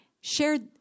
shared